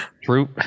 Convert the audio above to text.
true